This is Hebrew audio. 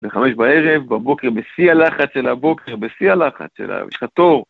ב-5 בערב, בבוקר בשיא הלחץ של הבוקר בשיא הלחץ שלה, יש לך תור.